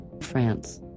France